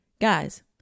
Guys